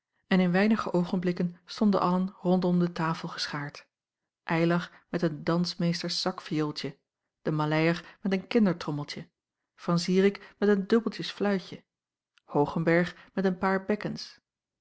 en in weinige oogenblikken stonden allen rondom de tafel geschaard eylar met een dansmeesters zakviooltje de maleier met een kindertrommeltje van zirik met een dubbeltjes fluitje hoogenberg met een paar bekkens